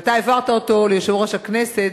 ואתה העברת אותו ליושב-ראש הכנסת,